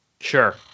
sure